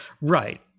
Right